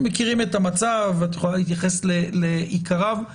מכירים את המצב, להתייחס לעיקריו.